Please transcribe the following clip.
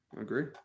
Agree